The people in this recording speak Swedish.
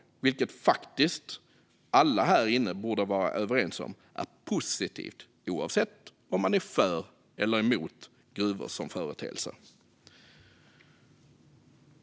Det borde faktiskt alla här inne vara överens om är positivt, oavsett om man är för eller emot gruvor som företeelse.